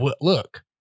look